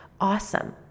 awesome